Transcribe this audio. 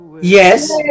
yes